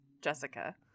Jessica